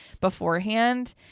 beforehand